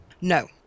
No